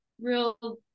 real